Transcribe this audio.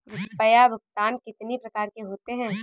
रुपया भुगतान कितनी प्रकार के होते हैं?